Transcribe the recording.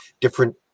different